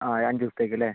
ആ അഞ്ച് ദിവസത്തേക്ക് അല്ലേ